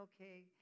okay